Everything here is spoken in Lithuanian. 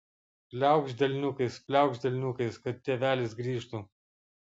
pliaukšt delniukais pliaukšt delniukais kad tėvelis grįžtų